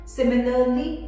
Similarly